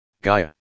Gaia